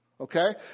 okay